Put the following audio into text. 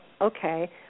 okay